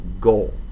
goal